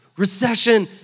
recession